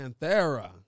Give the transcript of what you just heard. Panthera